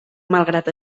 malgrat